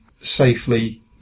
safely